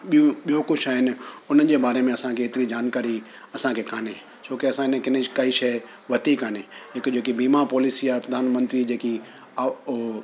ॿियूं ॿियूं कुझु आहिनि उनजे बारे में असांखे एतिरी ज़ानकारी असांखे कोने छोके असां हिनखे कोई शइ वरती कोने हिक जेकी वीमा पोलिसी आहे प्रधान मंत्री जेकी आओ ओ